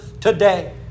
today